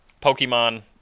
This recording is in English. Pokemon